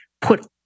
put